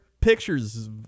pictures